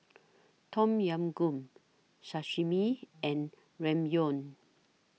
Tom Yam Goong Sashimi and Ramyeon